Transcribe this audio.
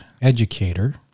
educator